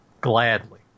gladly